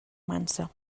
mansa